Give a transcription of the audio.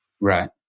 Right